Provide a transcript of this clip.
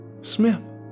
Smith